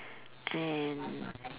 and